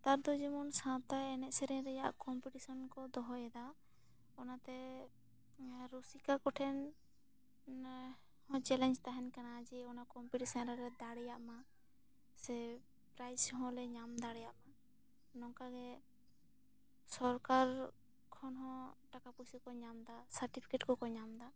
ᱱᱮᱛᱟᱨ ᱫᱚ ᱡᱮᱢᱚᱱ ᱥᱟᱶᱛᱟ ᱮᱱᱮᱡ ᱥᱮᱨᱮᱧ ᱨᱮᱭᱟᱜ ᱠᱚᱢᱯᱤᱴᱤᱥᱟᱱ ᱠᱚ ᱫᱚᱦᱚᱭ ᱮᱫᱟ ᱚᱱᱟᱛᱮ ᱨᱩᱥᱤᱠᱟ ᱠᱚ ᱴᱷᱮᱱ ᱦᱚᱸ ᱚᱱᱟ ᱪᱮᱞᱮᱡᱽ ᱛᱟᱦᱮᱱ ᱠᱟᱱᱟ ᱡᱮ ᱚᱱᱟ ᱠᱚᱢᱯᱤᱴᱤᱥᱟᱱ ᱨᱮ ᱫᱟᱲᱮᱭᱟᱜ ᱢᱟ ᱥᱮ ᱯᱨᱟᱭᱤᱡᱽ ᱦᱚᱸ ᱞᱮ ᱧᱟᱢ ᱫᱟᱲᱮᱭᱟᱜ ᱢᱟ ᱱᱚᱝᱠᱟ ᱜᱮ ᱥᱚᱨᱠᱟᱨ ᱠᱷᱚᱱ ᱦᱚᱸ ᱴᱟᱠᱟ ᱯᱩᱭᱥᱟᱹ ᱠᱚ ᱧᱟᱢᱫᱟ ᱥᱟᱴᱤᱯᱷᱤᱠᱮᱴ ᱠᱚᱠᱚ ᱧᱟᱢᱫᱟ ᱟᱨ